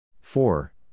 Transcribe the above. four